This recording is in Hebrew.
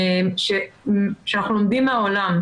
שאנחנו לומדים מהעולם.